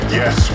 yes